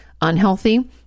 unhealthy